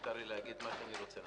מותר לי להגיד מה שאני רוצה.